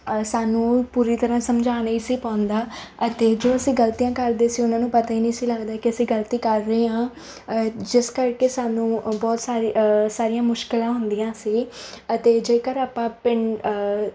ਸਾਨੂੰ ਪੂਰੀ ਤਰ੍ਹਾਂ ਸਮਝਾ ਨਹੀਂ ਸੀ ਪਾਉਂਦਾ ਅਤੇ ਜੋ ਅਸੀਂ ਗਲਤੀਆਂ ਕਰਦੇ ਸੀ ਉਹਨਾਂ ਨੂੰ ਪਤਾ ਹੀ ਨਹੀਂ ਸੀ ਲੱਗਦਾ ਕਿ ਅਸੀਂ ਗਲਤੀ ਕਰ ਰਹੇ ਹਾਂ ਜਿਸ ਕਰਕੇ ਸਾਨੂੰ ਬਹੁਤ ਸਾਰੇ ਸਾਰੀਆਂ ਮੁਸ਼ਕਿਲਾਂ ਹੁੰਦੀਆਂ ਸੀ ਅਤੇ ਜੇਕਰ ਆਪਾਂ ਪਿੰ